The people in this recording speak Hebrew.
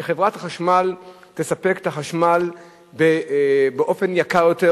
שחברת החשמל תספק את החשמל באופן יקר יותר,